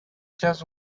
just